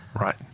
Right